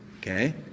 okay